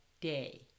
day